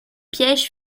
pièges